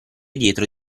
dietro